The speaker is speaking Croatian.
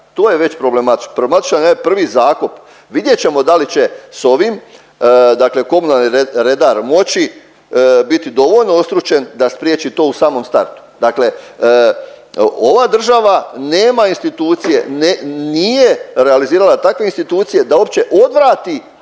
to je već problematično. Problematičan je onaj prvi zakup. Vidjet ćemo da li će s ovim, dakle komunalni redar moći biti dovoljno ostručen da spriječi to u samom startu. Dakle ova država nema institucije, nije realizirala takve institucije da uopće odvrati